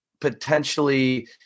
potentially